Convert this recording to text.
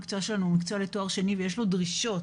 המקצוע שלנו הוא מקצוע לתואר שני ויש לו דרישות